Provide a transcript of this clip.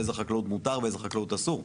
איזו חקלאות מותרת ואיזו חקלאות אסורה,